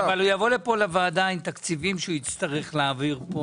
תקציבים שהוא יצטרך להעביר,